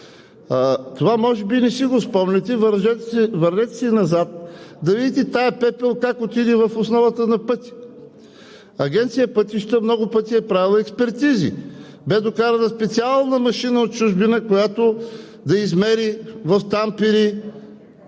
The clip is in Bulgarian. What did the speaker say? Това може би не си го спомняте. Върнете се назад да видите тази пепел как отиде в основата на пътя. Агенция „Пътища“ много пъти е правила експертизи. Беше докарана специална машина от чужбина, която да измери в тампери